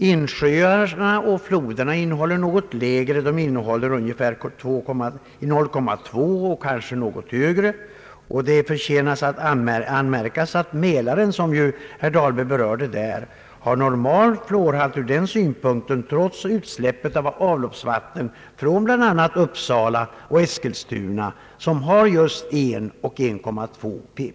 Insjöarna och floderna innehåller något lägre halt — 0,2 pp och ibland något mera — och det förtjänar anmärkas att Mälaren, som herr Dahlberg berörde, har en sådan fluorhalt trots utsläppet av avloppsvatten från bl.a. Uppsala och Eskilstuna, där halten i dricksvattnet just är 1 respektive 1,2 pp.